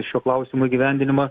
šio klausimo įgyvendinimą